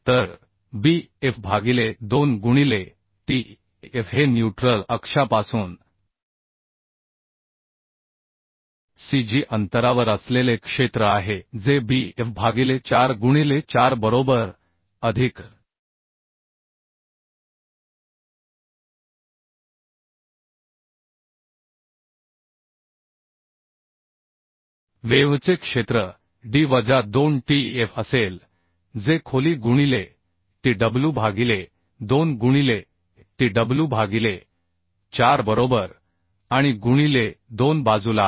तर b f भागिले 2 गुणिले t f हे न्यूट्रल अक्षापासून c g अंतरावर असलेले क्षेत्र आहे जे b f भागिले 4 गुणिले 4 बरोबर अधिक वेव्हचे क्षेत्र d वजा 2 t f असेल जे खोली गुणिले tw भागिले 2 गुणिले tw भागिले 4 बरोबर आणि गुणिले 2 बाजूला आहे